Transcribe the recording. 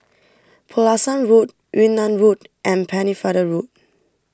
Pulasan Road Yunnan Road and Pennefather Road